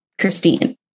christine